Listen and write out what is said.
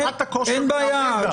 אין בעיה.